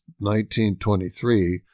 1923